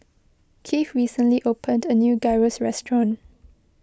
Keith recently opened a new Gyros Restaurant